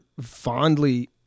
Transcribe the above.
fondly